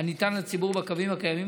הניתן לציבור בקווים הקיימים,